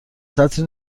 سطری